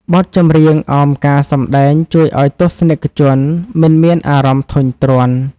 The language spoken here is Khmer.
បទចម្រៀងអមការសម្ដែងជួយឱ្យទស្សនិកជនមិនមានអារម្មណ៍ធុញទ្រាន់។